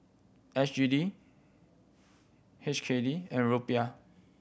S G D H K D and Rupiah